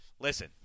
Listen